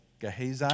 Gehazi